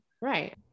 Right